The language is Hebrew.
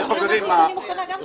המחירים שהיא לוקחת ומזדעזע.